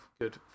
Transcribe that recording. good